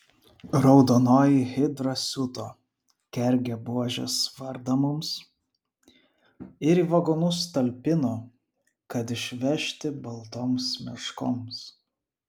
raudonoji hidra siuto kergė buožės vardą mums ir į vagonus talpino kad išvežti baltoms meškoms